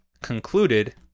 concluded